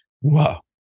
Wow